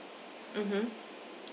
mmhmm